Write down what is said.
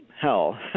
hell